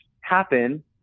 happen